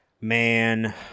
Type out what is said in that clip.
man